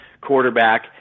quarterback